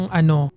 ano